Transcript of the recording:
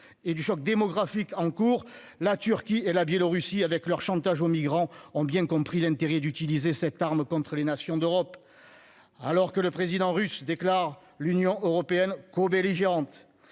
et démographique en cours- la Turquie et la Biélorussie, avec leur chantage aux migrants, ont bien compris l'intérêt d'utiliser cette arme contre les nations d'Europe. Alors que le président russe déclare que l'Union européenne est cobelligérante,